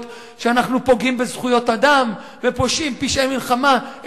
שאנחנו פוגעים בזכויות אדם ופושעים פשעי מלחמה,